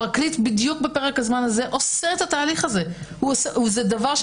הפרקליט עושה את התהליך הזה בדיוק בפרק הזמן הזה.